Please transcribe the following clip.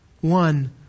One